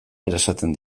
erasaten